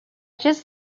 just